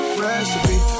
recipe